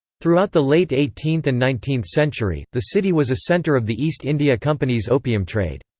throughout the late eighteenth and nineteenth century, the city was a centre of the east india company's opium trade.